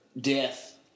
death